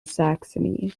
saxony